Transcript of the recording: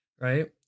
right